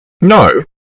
No